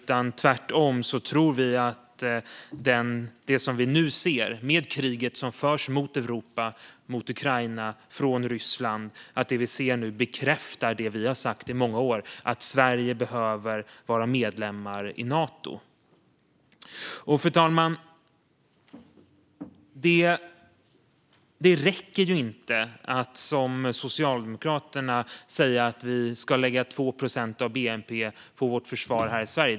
Tvärtom tror vi att det som vi nu ser med kriget som förs mot Europa och mot Ukraina från Ryssland bekräftar det vi sagt i många år, nämligen att Sverige behöver vara medlem i Nato. Fru talman! Det räcker inte att, som Socialdemokraterna, säga att vi ska lägga 2 procent av bnp på vårt försvar här i Sverige.